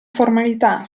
formalità